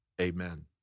Amen